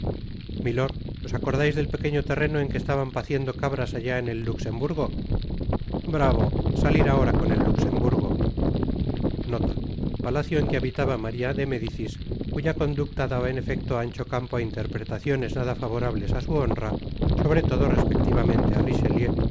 milord os acordais del pequeño terreno en que estaban paciendo cabras allá en el luxemburgo bravo salir ahora con el luxemburgo creer que es una alusion á la reina madre pues buena la habriamos hecho replicó athos t patacio en que habitaba maria de médicis cuya conducta daba en efecto ancho campo a interpretaciones nada favorabte á su honra sobre todo respectivamente á